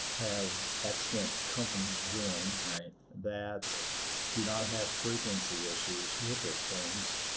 have excellent companies join that do not have frequency issues with their claims,